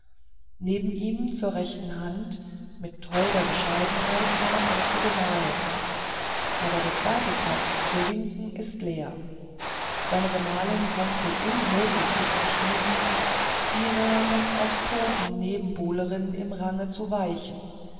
neben ihm zur rechten hand in holder bescheidenheit seine erste gemahlin aber der ziemlich weite platz zur linken ist leer seine zweite gemahlin konnte unmöglich sich entschließen ihrer wenn auch toten nebenbuhlerin im range zu weichen